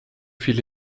fiel